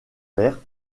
père